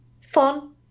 fun